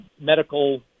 medical